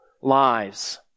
lives